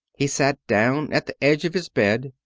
he sat down at the edge of his bed.